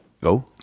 Go